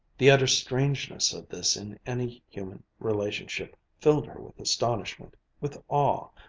the utter strangeness of this in any human relationship filled her with astonishment, with awe,